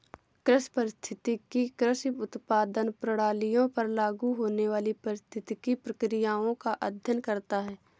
कृषि पारिस्थितिकी कृषि उत्पादन प्रणालियों पर लागू होने वाली पारिस्थितिक प्रक्रियाओं का अध्ययन करता है